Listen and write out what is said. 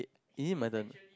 is he madam